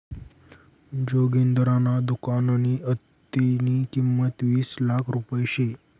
जोगिंदरना दुकाननी आत्तेनी किंमत वीस लाख रुपया शे